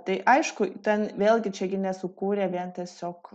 tai aišku ten vėlgi čia gi nesukūrė vien tiesiog